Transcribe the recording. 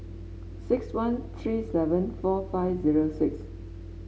six one three seven four five zero six